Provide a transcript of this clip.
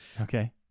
Okay